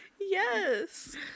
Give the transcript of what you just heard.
Yes